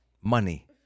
money